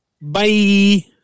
Bye